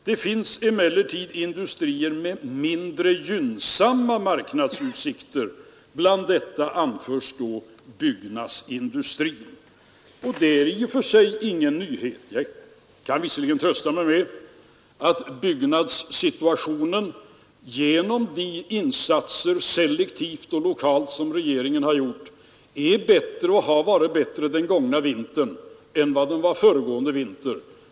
Det finns emellertid industrier med mindre gynnsamma marknadsutsikter.” Bland dessa anförs byggnadsindustrin. Det är i och för sig ingen nyhet. Jag kan visserligen trösta mig med att byggnadssituationen genom de insatser, selektivt och lokalt, som regeringen har gjort är bättre och har varit bättre denna vinter än föregående vinter.